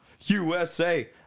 USA